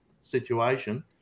situation